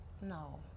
No